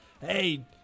Hey